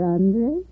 Andre